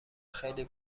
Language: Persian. خیلی